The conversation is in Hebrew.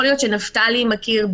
יכול להיות שנפתלי יודע,